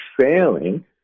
failing